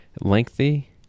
Lengthy